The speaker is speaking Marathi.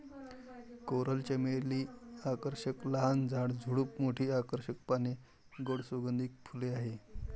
कोरल चमेली आकर्षक लहान झाड, झुडूप, मोठी आकर्षक पाने, गोड सुगंधित फुले आहेत